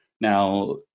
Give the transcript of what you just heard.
Now